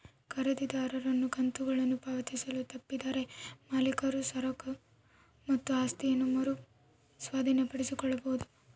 ಖರೀದಿದಾರನು ಕಂತುಗಳನ್ನು ಪಾವತಿಸಲು ತಪ್ಪಿದರೆ ಮಾಲೀಕರು ಸರಕು ಮತ್ತು ಆಸ್ತಿಯನ್ನ ಮರು ಸ್ವಾಧೀನಪಡಿಸಿಕೊಳ್ಳಬೊದು